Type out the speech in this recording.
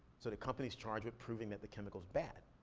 so the company's charged with proving that the chemical's bad.